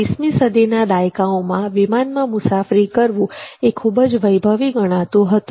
20મી સદીના દાયકાઓમાં વિમાનમાં મુસાફરી કરવી એ ખૂબ જ વૈભવી ગણાતું હતું